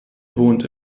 wohnt